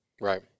right